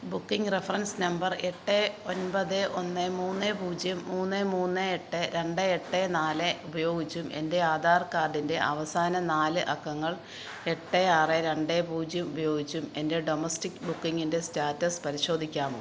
booking reference number എട്ട് ഒൻപത് ഒന്ന് മൂന്ന് പൂജ്യം മൂന്ന് മൂന്ന് എട്ട് രണ്ട് എട്ട് നാല് ഉപയോഗിച്ചും എൻ്റെ ആധാർ കാർഡിൻ്റെ അവസാന നാല് അക്കങ്ങൾ എട്ട് ആറ് രണ്ട് പൂജ്യം ഉപയോഗിച്ചും എൻ്റെ ഡൊമസ്റ്റിക് ബുക്കിംഗിൻ്റെ സ്റ്റാറ്റസ് പരിശോധിക്കാമോ